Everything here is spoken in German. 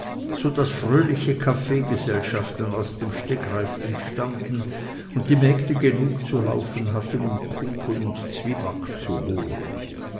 so daß fröhliche kaffeegesellschaften aus dem stegreif entstanden und die mägde genug zu laufen hatten um kuchen und zwieback zu holen